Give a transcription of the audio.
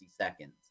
seconds